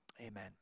Amen